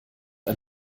ein